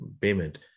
payment